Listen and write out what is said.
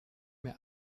mir